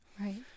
Right